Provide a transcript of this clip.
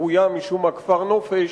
שקרויה משום מה כפר נופש,